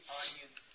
audience